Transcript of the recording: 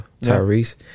Tyrese